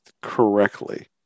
correctly